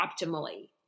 optimally